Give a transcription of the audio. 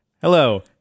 Hello